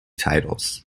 titles